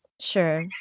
sure